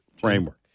Framework